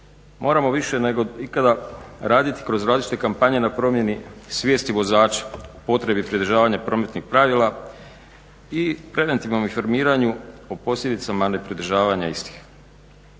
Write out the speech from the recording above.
moramo više nego ikada raditi kroz različite kampanje na promjeni svijesti vozača, potrebi pridržavanja prometnih pravila i preventivnom informiranju o posljedicama ne pridržavanja istih.